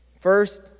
First